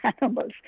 animals